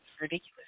ridiculous